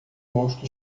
rosto